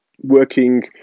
working